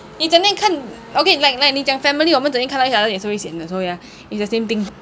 你整天看 okay like like 你讲 family 我们整天看到 each other 也是会 sian 的 so ya it's the same thing